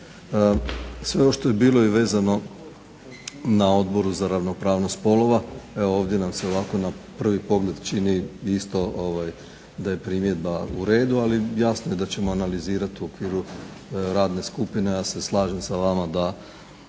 Sve ovo što je bilo vezano na Odboru za ravnopravnost spolova, evo ovdje nam se ovako na prvi pogled čini da je primjedba uredu, ali jasno da ćemo analizirati u okviru radne skupine. ja se slažem s vama da